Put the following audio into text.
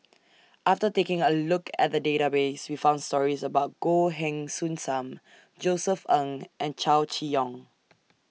after taking A Look At The Database We found stories about Goh Heng Soon SAM Josef Ng and Chow Chee Yong